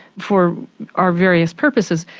for our various purposes,